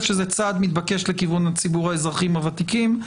שזה צעד מתבקש לכיוון ציבור האזרחים הוותיקים.